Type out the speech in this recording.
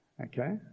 Okay